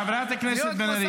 סליחה, חברת הכנסת בן ארי,